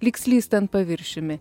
lyg slystant paviršiumi